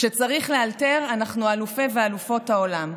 כשצריך לאלתר אנחנו אלופי ואלופות העולם,